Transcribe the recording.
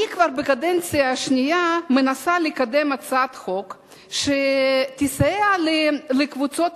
אני מנסה זו הקדנציה השנייה לקדם הצעת חוק שתסייע לקבוצה